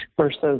versus